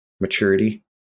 maturity